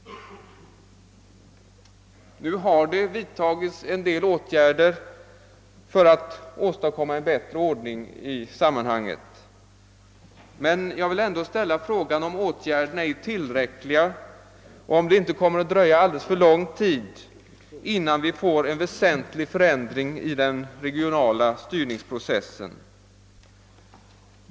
Det har vidtagits en del åtgärder för att åstadkomma en bättre ordning i sammanhanget. Men jag vill ändå ställa frågan om åtgärderna är tilräckliga, och om det inte kommer att dröja alldeles för lång tid innan vi får en väsentlig förändring i den regionala styrnings processen.